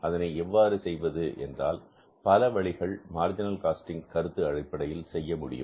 அதனை எவ்வாறு செய்வது என்றால் பல வழிமுறைகள் மார்ஜினல் காஸ்டிங் கருத்து அடிப்படையில் செய்ய முடியும்